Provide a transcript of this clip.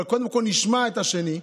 אבל קודם כול נשמע את השני,